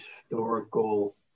historical